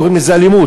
קוראים לזה אלימות.